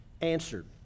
answered